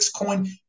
coin